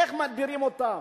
איך מדירים אותן,